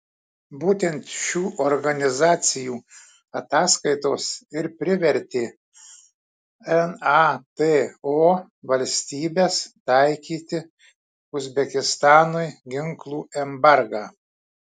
būtent šių organizacijų ataskaitos ir privertė nato valstybes taikyti uzbekistanui ginklų embargą